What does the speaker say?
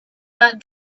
but